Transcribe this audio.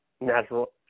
natural